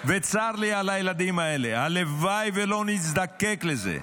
וצר לי על הילדים האלה, הלוואי שלא נזדקק לזה.